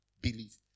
believe